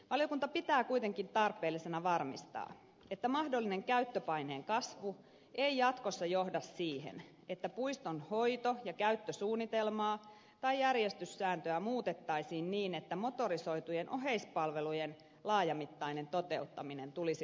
valiokunta pitää kuitenkin tarpeellisena varmistaa että mahdollinen käyttöpaineen kasvu ei jatkossa johda siihen että puiston hoito ja käyttösuunnitelmaa tai järjestyssääntöä muutettaisiin niin että motorisoitujen oheispalvelujen laajamittainen toteuttaminen tulisi mahdolliseksi